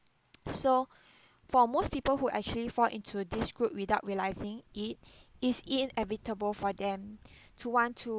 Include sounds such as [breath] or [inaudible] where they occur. so [breath] for most people who actually fall into this group without realising it [breath] it's inevitable for them [breath] to want to